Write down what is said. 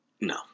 No